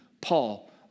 Paul